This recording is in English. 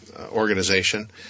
organization